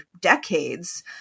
decades